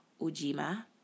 Ujima